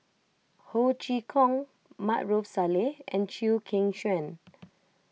Ho Chee Kong Maarof Salleh and Chew Kheng Chuan